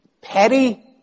petty